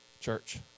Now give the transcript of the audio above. church